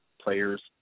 players